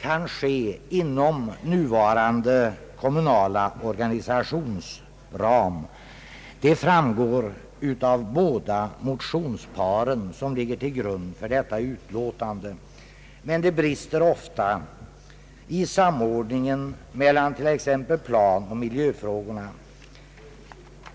kan ske inom nuvarande kommunala organisationsram — det framgår av båda de motionspar som ligger till grund för utskottets utlåtande — men det brister ofta i samordningen mellan t.ex. planoch miljöfrågorna.